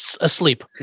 asleep